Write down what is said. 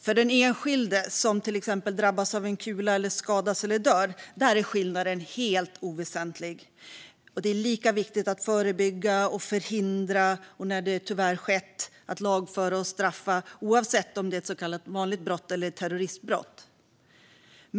För den enskilde som till exempel drabbas av en kula och skadas eller dör är skillnaden helt oväsentlig. Det är lika viktigt att förebygga och förhindra, och när det tyvärr skett att lagföra och straffa, oavsett om det är ett så kallat vanligt brott eller ett terroristbrott.